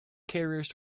carriers